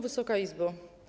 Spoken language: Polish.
Wysoka Izbo!